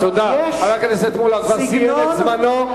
חבר הכנסת מולה, הוא כבר סיים את זמנו.